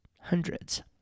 hundreds